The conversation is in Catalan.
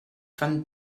fan